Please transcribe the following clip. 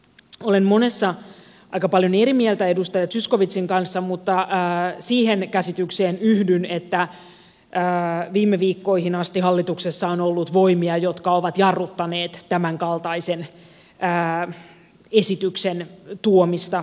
olen monessa aika paljon eri mieltä edustaja zyskowiczin kanssa mutta siihen käsitykseen yhdyn että viime viikkoihin asti hallituksessa on ollut voimia jotka ovat jarruttaneet tämänkaltaisen esityksen tuomista eduskuntaan